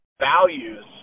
values